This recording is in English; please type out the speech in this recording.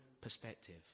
perspective